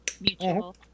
mutual